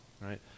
right